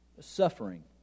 suffering